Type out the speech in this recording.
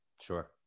Sure